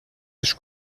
les